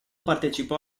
partecipò